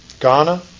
Ghana